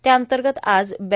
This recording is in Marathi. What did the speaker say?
त्याअंतगत आज बॅ